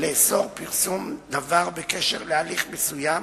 לאסור פרסום דבר בקשר להליך מסוים